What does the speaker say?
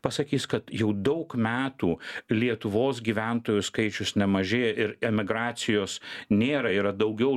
pasakys kad jau daug metų lietuvos gyventojų skaičius nemažėja ir emigracijos nėra yra daugiau